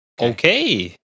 Okay